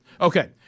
Okay